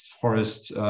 forest